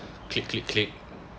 click click click